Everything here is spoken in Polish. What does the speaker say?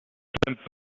czasem